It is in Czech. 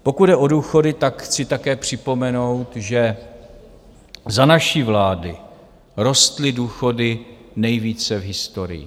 Pokud jde o důchody, tak chci také připomenout, že za naší vlády rostly důchody nejvíce v historii.